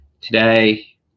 today